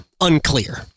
unclear